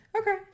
okay